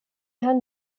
herrn